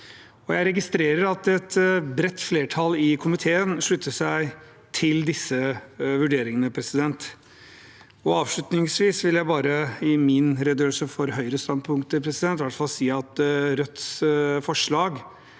Jeg registrerer at et bredt flertall i komiteen slutter seg til disse vurderingene. Avslutningsvis vil jeg i min redegjørelse for Høyres standpunkter si at Rødts forslag